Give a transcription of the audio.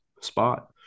spot